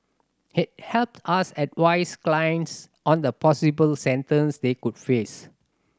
it helps us advise clients on the possible sentence they could face